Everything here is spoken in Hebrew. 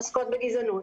עוסקות בגזענות,